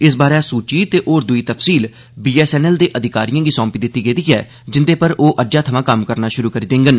इस बारे सूचि ते होर दूई तफसील बीएसएनएल दे अधिकारिएं गी सौंपी दित्ती गेदी ऐ जिंदे पर ओ अज्जै थमां कम्म करना षुरू करी देंगन